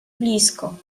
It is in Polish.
blisko